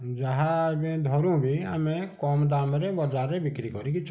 ଯାହା ଆମେ ଧରୁ ବି ଆମେ କମ୍ ଦାମରେ ବଜାରରେ ବିକ୍ରି କରିକି ଚଳୁ